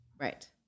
Right